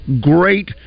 great